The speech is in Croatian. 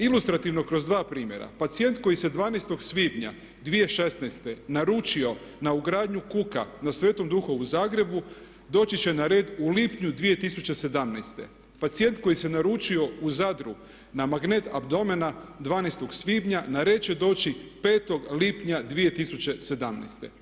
Ilustrativno kroz dva primjera, pacijent koji se 12.svibnja 2016.naručio na ugradnju kuka na Svetom duhu u Zagrebu doći će na red u lipnju 2017., pacijent koji se naručio u Zadru na magnet abdomena 12.svibnja na red će doći 5.lipnja 2017.